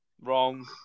wrong